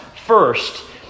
first